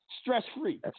Stress-free